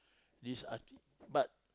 this a~ but